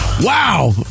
Wow